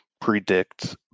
predict